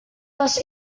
tas